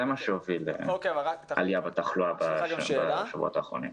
מה שהוביל לעלייה בתחלואה בימים האחרונים.